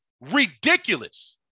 ridiculous